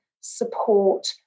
support